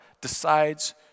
decides